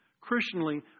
Christianly